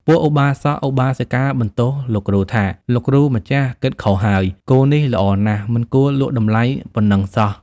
ពួកឧបាសកឧបាសិកាបន្ទោសលោកគ្រូថា "លោកគ្រូម្ចាស់ គិតខុសហើយ គោនេះល្អណាស់មិនគួរលក់តម្លៃប៉ុណ្ណឹងសោះ"។